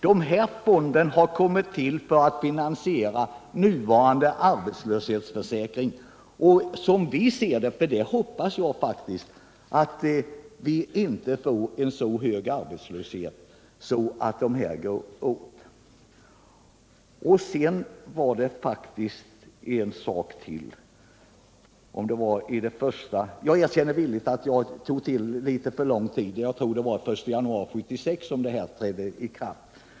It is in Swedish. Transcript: Dessa fonder har kommit till för att finansiera nuvarande arbetslöshetsförsäkring, och jag hoppas verkligen att vi inte får en så hög arbetslöshet att dessa fondmedel går åt. En sak till: Jag erkänner villigt att jag angav fel tid när det gäller stimulansbidraget. Jag tror att det var den 1 januari 1976 som de bestämmelserna trädde i kraft.